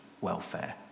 welfare